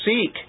seek